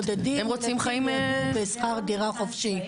רוב החיילים הבודדים מעדיפים לגור בשכר דירה חופשי.